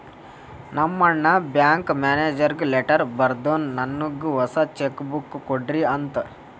ನಮ್ ಅಣ್ಣಾ ಬ್ಯಾಂಕ್ ಮ್ಯಾನೇಜರ್ಗ ಲೆಟರ್ ಬರ್ದುನ್ ನನ್ನುಗ್ ಹೊಸಾ ಚೆಕ್ ಬುಕ್ ಕೊಡ್ರಿ ಅಂತ್